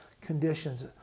conditions